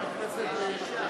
חבר הכנסת ביבי,